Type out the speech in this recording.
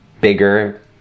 bigger